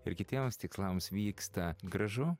ir kitiems tikslams vyksta gražu